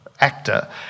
actor